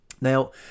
Now